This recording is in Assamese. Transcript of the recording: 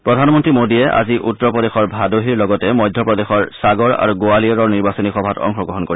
প্ৰধানমন্ত্ৰী মোডীয়ে আজি উত্তৰ প্ৰদেশৰ ভাদোহীৰ লগতে আৰু মধ্য প্ৰদেশৰ সাগৰ আৰু গোৱালিয়ৰৰ নিৰ্বাচনী সভাত অংশগ্ৰহণ কৰিব